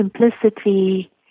simplicity